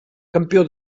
campió